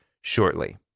shortly